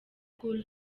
cool